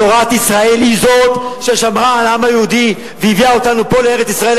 תורת ישראל היא זאת ששמרה על העם היהודי והביאה אותנו הנה לארץ-ישראל,